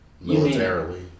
Militarily